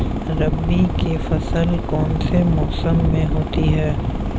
रबी की फसल कौन से मौसम में होती है?